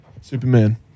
Superman